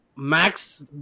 max